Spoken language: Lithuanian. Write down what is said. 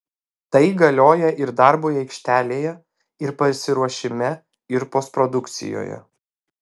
tai galioja ir darbui aikštelėje ir pasiruošime ir postprodukcijoje